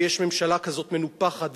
ויש ממשלה כזאת מנופחת,